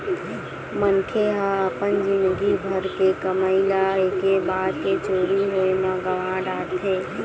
मनखे ह अपन जिनगी भर के कमई ल एके बार के चोरी होए म गवा डारथे